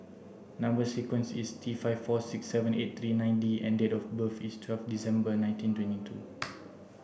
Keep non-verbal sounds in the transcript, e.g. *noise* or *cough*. number sequence is T five four six seven eight three nine D and date of birth is twelve December nineteen twenty two *noise*